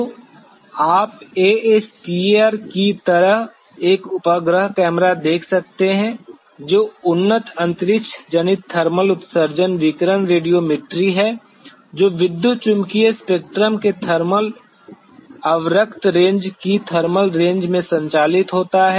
तो आप ASTER की तरह एक उपग्रह कैमरा देख सकते हैं जो उन्नत अंतरिक्ष जनित थर्मल उत्सर्जन विकिरण रेडियोमेट्री है जो विद्युत चुम्बकीय स्पेक्ट्रम के थर्मल अवरक्त रेंज की थर्मल रेंज में संचालित होता है